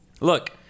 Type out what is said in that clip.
Look